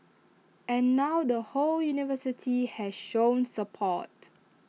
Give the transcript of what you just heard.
and now the whole university has shown support